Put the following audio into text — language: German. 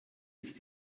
ist